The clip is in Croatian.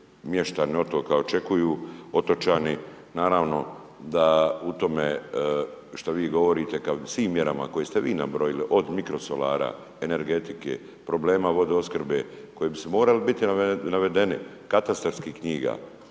mještani otoka očekuju, otočani. Naravno da u tome što vi govorite kad u svim mjerama koje ste vi nabrojali, od mikrosolara, energetike, problema vodoopskrbe koji bi morali biti navedeni, katastarskih knjiga,